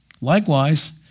Likewise